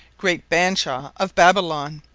great bashaw of babilon,